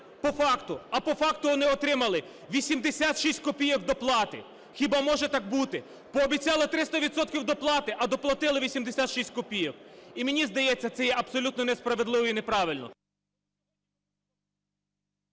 по факту. А по факту вони отримали 86 копійок доплати. Хіба може так бути. Пообіцяли 300 відсотків доплати, а доплатили 86 копійок. І мені здається, це є абсолютно несправедливо і неправильно.